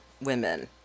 women